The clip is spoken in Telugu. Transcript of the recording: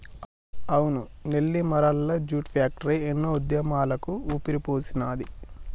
అవును నెల్లిమరల్ల జూట్ ఫ్యాక్టరీ ఎన్నో ఉద్యమాలకు ఊపిరిపోసినాది